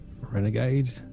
Renegade